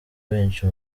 benshi